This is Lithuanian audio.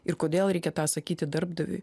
ir kodėl reikia tą sakyti darbdaviui